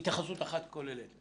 אחר כך תיתן התייחסות אחת כוללת.